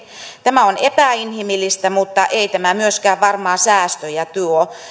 tämä on epäinhimillistä mutta ei tämä myöskään varmaan säästöjä tuo